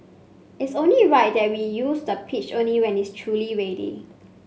it's only right that we use the pitch only when it's truly ready